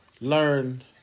learn